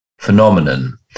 phenomenon